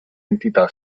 entità